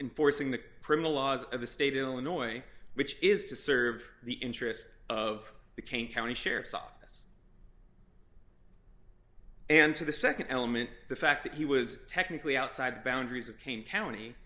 enforcing the prima laws of the state of illinois which is to serve the interest of the cane county sheriff's office and to the nd element the fact that he was technically outside the boundaries of kane county